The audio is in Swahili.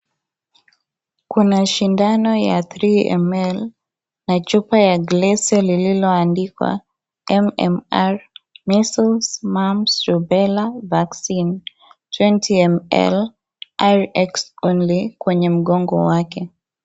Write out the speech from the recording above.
Kuna sindano ya 3ml na chupa ya glesi lililoandikwa " MMR Measles, Mumps Rubella, vaccine 20ml Rx only " kwenye mgongo wake.